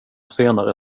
senare